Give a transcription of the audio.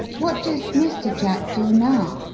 what does mr. jack do now?